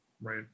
right